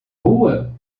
rua